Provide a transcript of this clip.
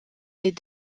est